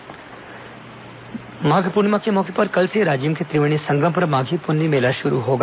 माघी पुन्नी मेला माघ पूर्णिमा के मौके पर कल से राजिम के त्रिवेणी संगम पर माधी पुन्नी मेला शुरू होगा